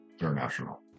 international